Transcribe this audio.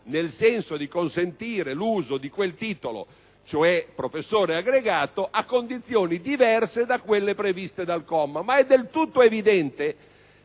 nel senso di consentire l'uso di quel titolo, cioè professore aggregato, a condizioni diverse da quelle previste dal comma. È però del tutto evidente